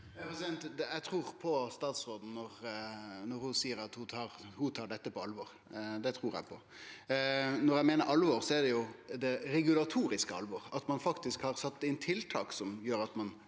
Eg trur på statsråden når ho seier at ho tar dette på alvor. Det trur eg på. Når eg meiner alvor, er det det regulatoriske alvoret – at ein faktisk har sett inn tiltak som gjer at ein